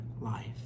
life